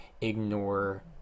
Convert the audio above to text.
ignore